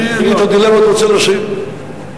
אני רוצה לשים את הדילמות.